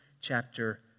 chapter